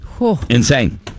Insane